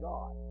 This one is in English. God